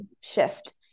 shift